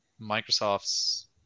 Microsoft's